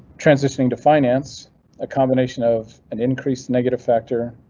transitioning to finance a combination of an increased negative factor.